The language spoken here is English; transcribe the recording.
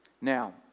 Now